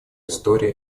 история